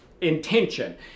intention